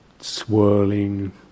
swirling